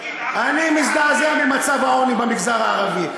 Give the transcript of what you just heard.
אני מזדעזע ממצב העוני במגזר הערבי.